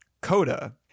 CODA